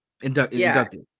inducted